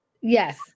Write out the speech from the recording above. Yes